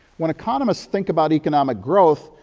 when economists think about economic growth,